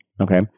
okay